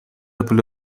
پول